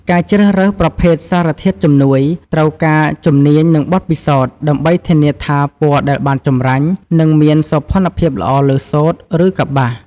ការជ្រើសរើសប្រភេទសារធាតុជំនួយត្រូវការជំនាញ និងបទពិសោធន៍ ដើម្បីធានាថាពណ៌ដែលបានចម្រាញ់នឹងមាន សោភ័ណភាពល្អលើសូត្រ ឬកប្បាស។